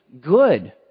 good